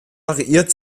variiert